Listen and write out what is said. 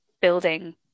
building